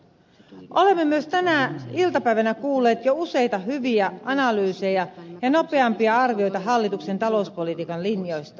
olemme myös tänä iltapäivänä kuulleet jo useita hyviä analyyseja ja nopeampia arvioita hallituksen talouspolitiikan linjoista